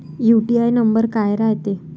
UTR number काय रायते?